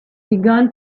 begun